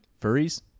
Furries